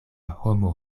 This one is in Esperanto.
homo